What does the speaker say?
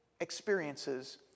experiences